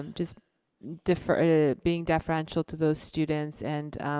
um just defer, ah being deferential to those students. and